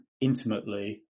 intimately